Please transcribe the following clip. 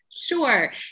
Sure